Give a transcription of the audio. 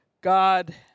God